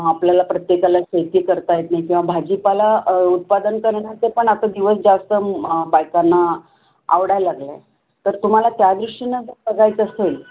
मग आपल्याला प्रत्येकाला शेती करता येत नाही किंवा भाजीपाला उत्पादन करण्याचे पण आता दिवस जास्त बायकांना आवडायला लागला आहे तर तुम्हाला त्यादृष्टीनं बघायचं असेल